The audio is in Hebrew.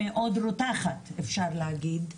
מאוד רותחת אפשר להגיד,